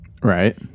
Right